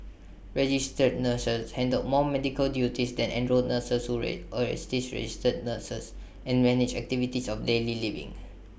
registered nurses handle more medical duties than enrolled nurses who ray assist registered nurses and manage activities of daily living